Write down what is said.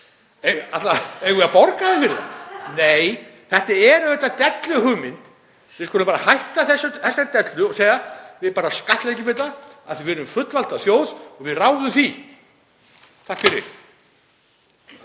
Eigum við að borga þeim fyrir það? Nei, þetta er auðvitað delluhugmynd. Við skulum bara hætta þessari dellu og segja: Við bara skattleggjum þetta af því að við erum fullvalda þjóð og við ráðum því. Takk fyrir.